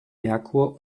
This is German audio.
merkur